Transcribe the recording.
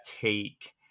take